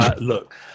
Look